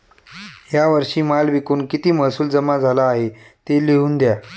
या वर्षी माल विकून किती महसूल जमा झाला आहे, ते लिहून द्या